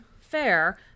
fair